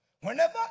whenever